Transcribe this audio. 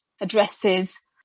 addresses